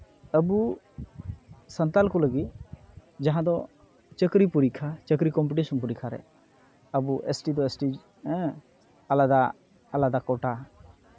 ᱟᱵᱚ ᱥᱟᱱᱛᱟᱲ ᱠᱚ ᱞᱟᱹᱜᱤᱫ ᱡᱟᱦᱟᱸ ᱫᱚ ᱪᱟᱹᱠᱨᱤ ᱯᱚᱨᱤᱠᱠᱷᱟ ᱪᱟᱹᱠᱨᱤ ᱠᱚᱢᱯᱤᱴᱤᱥᱚᱱ ᱯᱚᱨᱤᱠᱠᱷᱟ ᱨᱮ ᱟᱵᱚ ᱮᱹᱥ ᱴᱤ ᱫᱚ ᱮᱹᱥ ᱴᱤ ᱦᱮᱸ ᱟᱞᱟᱫᱟ ᱟᱞᱟᱫᱟ ᱠᱳᱴᱟ